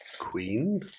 Queen